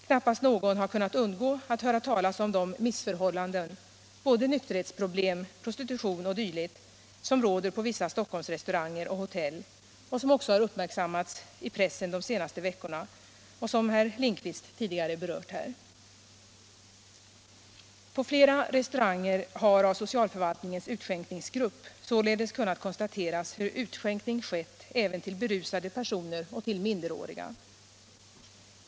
Knappast någon har kunnat undgå att höra talas om de missförhållanden, både nykterhetsproblem, prostitution o. d., som råder på vissa Stockholmsrestauranger och hotell och som också har uppmärksammats i pressen de senaste veckorna och som herr Lindkvist tidigare berört här. På flera restauranger har socialförvaltningens utskänkningsgrupp således kunnat konstatera hur utskänkning skett även till berusade personer och till minderåriga.